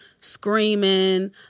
screaming